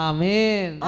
Amen